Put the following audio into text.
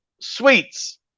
sweets